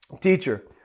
teacher